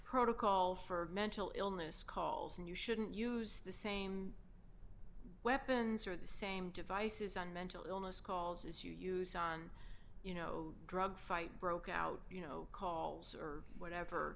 protocol for mental illness calls and you shouldn't use the same weapons or the same devices on mental illness calls as you use on you know drug fight broke out you know calls or whatever